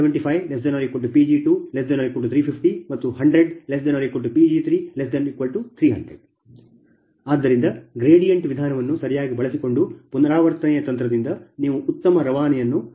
125≤Pg1≤300 175≤Pg2≤350 ಮತ್ತು 100≤Pg3≤300 ಆದ್ದರಿಂದ ಗ್ರೇಡಿಯಂಟ್ ವಿಧಾನವನ್ನು ಸರಿಯಾಗಿ ಬಳಸಿಕೊಂಡು ಪುನರಾವರ್ತನೆಯ ತಂತ್ರದಿಂದ ನೀವು ಅತ್ಯುತ್ತಮ ರವಾನೆಯನ್ನು ನಿರ್ಧರಿಸಬೇಕು